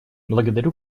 благодарю